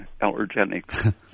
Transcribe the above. allergenic